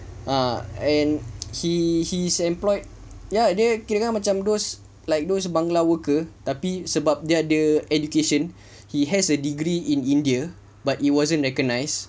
ah and he he's employed ya dia kirakan macam those bangla worker tapi sedap dia ada education he has a degree in india but it wasn't recognised